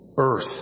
earth